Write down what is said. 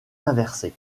inversé